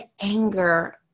anger